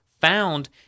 found